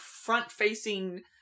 front-facing